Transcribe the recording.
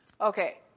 okay